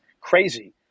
crazy